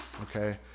okay